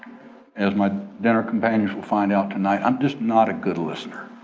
as my dinner companions will find out tonight, i'm just not a good listener.